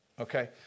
Okay